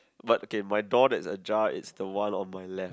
but okay my door there's a jar it's the one on my left